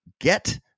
get